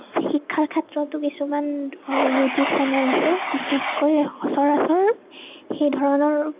শিক্ষাৰ ক্ষেত্ৰতো কিছুমান ইউটিউব চেনেল আছে বিশেষকৈ সচৰাচৰ সেইধৰণৰ